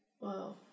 Wow